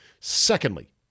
Secondly